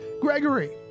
Gregory